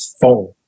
phone